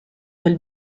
will